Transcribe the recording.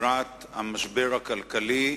לקראת המשבר הכלכלי.